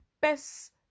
best